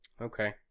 Okay